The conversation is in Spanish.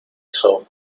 eso